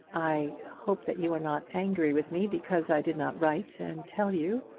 i hope that you are not angry with me because i did not write and tell you.